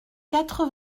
quatre